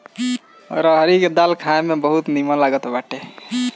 रहरी के दाल खाए में बहुते निमन लागत बाटे